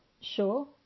sure